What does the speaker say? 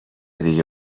دیگه